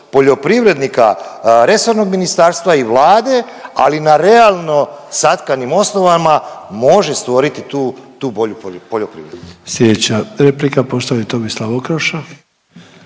poljoprivrednika, resornog ministarstva i Vlade, ali na realno satkanim osnovama može stvoriti tu, tu bolju poljoprivredu. **Sanader, Ante (HDZ)** Slijedeća replika poštovani Tomislav Okroša.